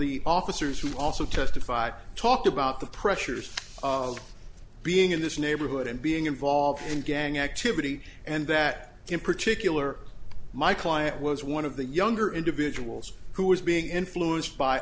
the officers who also testified talked about the pressures of being in this neighborhood and being involved in gang activity and that in particular my client was one of the younger individuals who was being influenced by